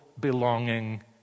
belonging